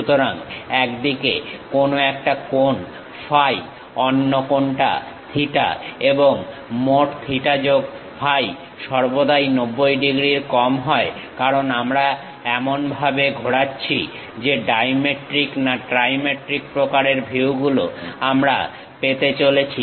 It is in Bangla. সুতরাং একদিকে কোনো একটা কোণ ফাই অন্য কোণটা থিটা এবং মোট থিটা যোগ ফাই সর্বদাই 90 ডিগ্রীর কম হয় কারণ আমরা এমনভাবে ঘোরাচ্ছি যে ডাইমেট্রিক না ট্রাইমেট্রিক প্রকারের ভিউগুলো আমরা পেতে চলেছি